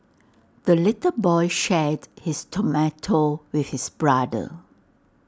the little boy shared his tomato with his brother